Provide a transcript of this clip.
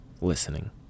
listening